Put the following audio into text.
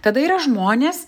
tada yra žmonės